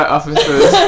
officers